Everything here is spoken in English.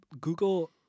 Google